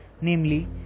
namely